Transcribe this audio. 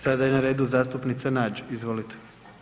Sada je na redu zastupnica Nađ, izvolite.